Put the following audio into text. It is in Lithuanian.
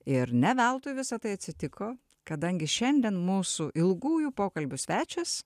ir ne veltui visa tai atsitiko kadangi šiandien mūsų ilgųjų pokalbių svečias